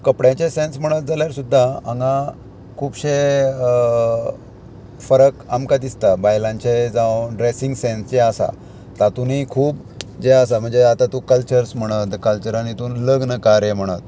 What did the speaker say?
कपड्याचे sense म्हणत जाल्यार सुद्दां हांगा खुबशे फरक आमकां दिसता बायलांचे जावं ड्रेसींग सेन्स जे आसा तातून खूब जे आसा म्हणजे आतां तूं कल्चर्स म्हणत कल्चरान हितून लग्न कार्य म्हणत